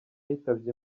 yitabye